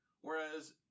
Whereas